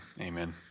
Amen